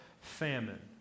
famine